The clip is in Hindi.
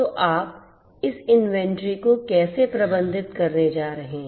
तो आप इस इन्वेंट्री को कैसे प्रबंधित करने जा रहे हैं